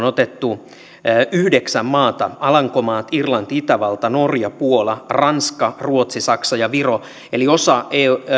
otettu yhdeksän maata eli alankomaat irlanti itävalta norja puola ranska ruotsi saksa ja viro siis osa